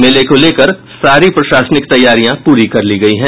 मेले को लेकर सारी प्रशासनिक तैयारियां पूरी कर ली गयी है